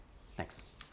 Thanks